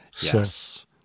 Yes